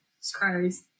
scars